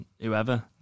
whoever